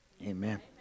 Amen